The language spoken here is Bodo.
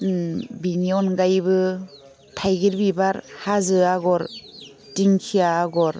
बिनि अनगायैबो थाइगिर बिबार हाजो आगर दिंखिया आगर